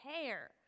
hair